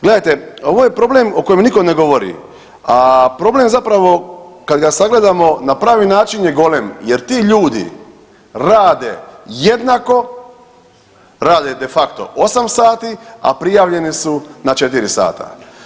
Gledajte ovo je problem o kojem nitko ne govori, a problem zapravo kad ga sagledamo na pravi način je golem jer ti ljudi rade jednako, rade de facto 8 sati, a prijavljeni su na 4 sata.